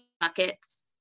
buckets